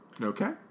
Okay